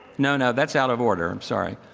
no, no. that's out of order. i'm sorry.